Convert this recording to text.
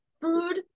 food